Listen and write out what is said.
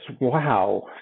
wow